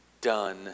done